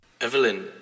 Evelyn